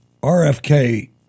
RFK